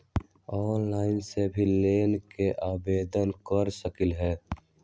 Online से भी loan के आवेदन कर सकलीहल?